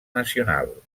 nacional